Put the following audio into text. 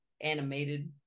animated